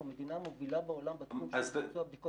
אנחנו מדינה מובילה בעולם בתחום של ביצוע בדיקות לעובדים.